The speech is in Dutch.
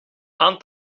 aan